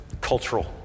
cultural